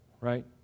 right